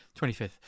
25th